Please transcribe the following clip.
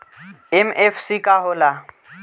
MFC का हो़ला?